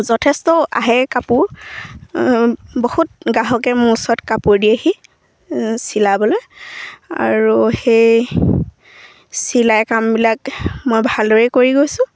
যথেষ্ট আহে কাপোৰ বহুত গ্ৰাহকে মোৰ ওচৰত কাপোৰ দিয়েহি চিলাবলৈ আৰু সেই চিলাই কামবিলাক মই ভালদৰে কৰি গৈছোঁ